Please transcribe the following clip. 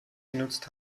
genutzt